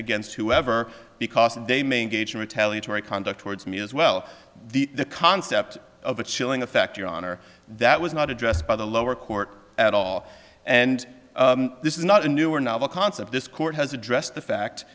against whoever because they may engage in retaliatory conduct towards me as well the concept of a chilling effect your honor that was not addressed by the lower court at all and this is not a new or novel concept this court has addressed the fact